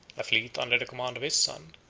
a fleet, under the command of his son,